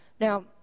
Now